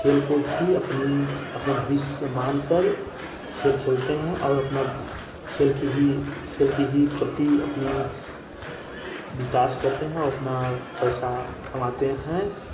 खेल को ही अपनी अपना भविष्य मान कर खेल खेलते हैं और अपना खेल की ही खेल के ही प्रति अपना विकास करते हैं और अपना पैसा कमाते हैं